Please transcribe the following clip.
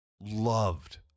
loved